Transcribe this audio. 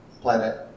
planet